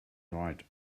right